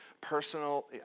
personal